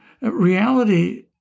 Reality